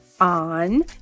on